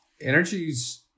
Energy's